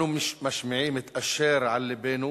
אנו משמיעים את אשר על לבנו,